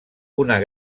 una